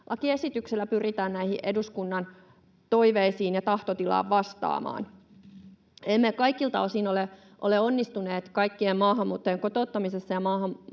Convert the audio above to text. kotoutumislakiesityksellä pyritään näihin eduskunnan toiveisiin ja tahtotilaan vastaamaan. Emme kaikilta osin ole onnistuneet kaikkien maahanmuuttajien kotouttamisessa,